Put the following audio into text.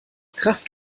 kraft